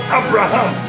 abraham